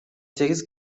сегиз